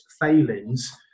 failings